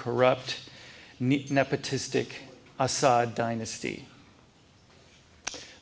corrupt nepotistic assad dynasty